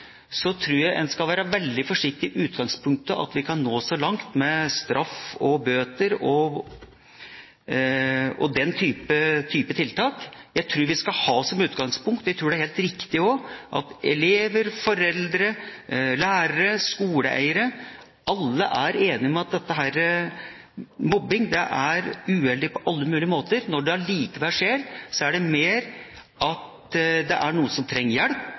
at vi kan nå så langt med straff og bøter og den typen tiltak. Jeg tror det er helt riktig at alle elever, foreldre, lærere og skoleeiere er enige om at mobbing er uheldig på alle mulige måter. Når det likevel skjer, er det mer for at det er noen som trenger hjelp